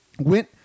went